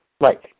Right